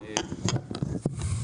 בירושלים.